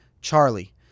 charlie